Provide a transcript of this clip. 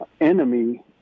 enemy